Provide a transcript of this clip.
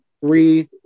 three